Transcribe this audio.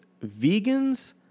vegans